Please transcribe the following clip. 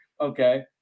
Okay